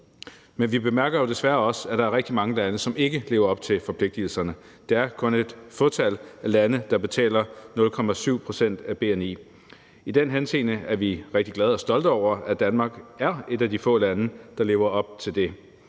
Men vi bemærker jo desværre også, at der er rigtig mange lande, som ikke lever op til forpligtigelserne. Det er kun et fåtal af lande, der betaler 0,7 pct. af bni. I den henseende er vi rigtig glade for og stolte over, at Danmark er et af de få lande, der lever op til det.